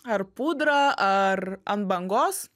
ar pudra ar ant bangos